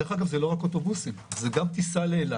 דרך אגב, זה לא רק אוטובוסים, זו גם טיסה לאילת.